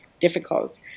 difficult